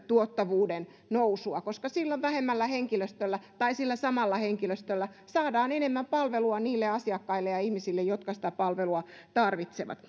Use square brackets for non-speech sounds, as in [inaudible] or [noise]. tuottavuuden nousua koska silloin vähemmällä henkilöstöllä tai sillä samalla henkilöstöllä saadaan enemmän palvelua niille asiakkaille ja ihmisille jotka sitä palvelua tarvitsevat [unintelligible]